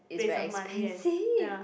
based on money and ya